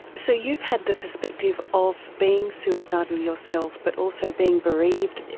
so you've had the perspective of being suicidal yourself but also being bereaved.